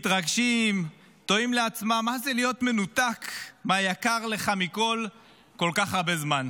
מתרגשים ותוהים לעצמם מה זה להיות מנותק מהיקר לך מכול כל כך הרבה זמן,